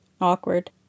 Awkward